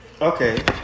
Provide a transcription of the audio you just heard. Okay